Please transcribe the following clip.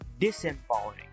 disempowering